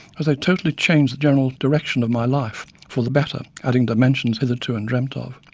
as they totally changed the general direction of my life, for the better, adding dimensions hitherto undreamt of.